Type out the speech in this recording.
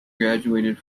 graduated